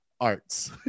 Arts